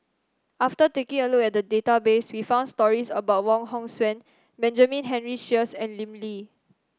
after taking a look at the database we found stories about Wong Hong Suen Benjamin Henry Sheares and Lim Lee